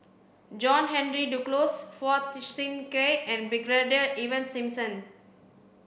John Henry Duclos Phua Thin Kiay and Brigadier Ivan Simson